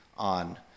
on